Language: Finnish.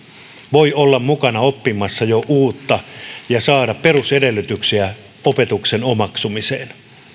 voi olla mukana oppimassa uutta ja saada perusedellytyksiä opetuksen omaksumiseen